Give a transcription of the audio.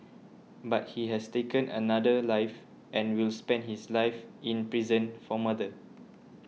but he has taken another life and will spend his life in prison for murder